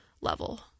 level